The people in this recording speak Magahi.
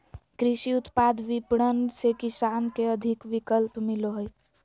कृषि उत्पाद विपणन से किसान के अधिक विकल्प मिलो हइ